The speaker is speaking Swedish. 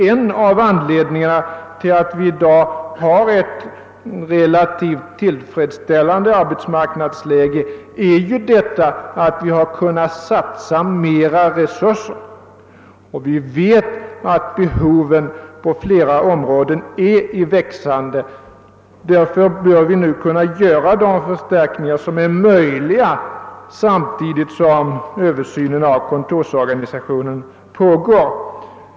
En av anledningarna till att vi i dag har ett relativt tillfredsställande arbetsmarknadsläge är ju att vi har kunnat satsa större resurser. Vi vet att behoven på flera områden är växande. Därför bör vi nu vidta de förstärkningar som är möjliga samtidigt som översynen av kontorsorganisationen pågår.